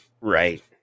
right